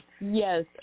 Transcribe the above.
yes